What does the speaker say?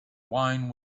wine